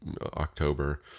October